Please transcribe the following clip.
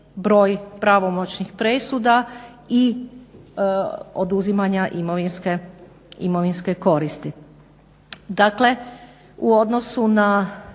broj pravomoćnih presuda i oduzimanja imovinske koristi.